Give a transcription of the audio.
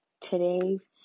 today's